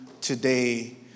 today